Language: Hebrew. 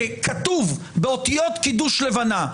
כי כתוב באותיות קידוש לבנה,